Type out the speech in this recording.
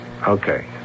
Okay